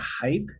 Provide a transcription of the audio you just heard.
hype